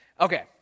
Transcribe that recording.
Okay